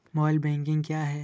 Mobile banking क्या है?